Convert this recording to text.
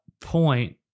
point